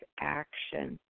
action